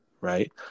Right